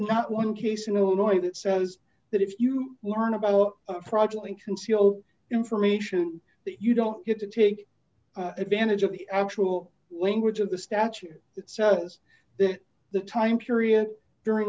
not one case in illinois that says that if you learn about a project in conceal information that you don't get to take advantage of the actual language of the statute that says that the time period during